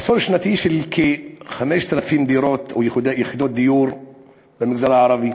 מחסור שנתי של כ-5,000 דירות או יחידות דיור במגזר הערבי.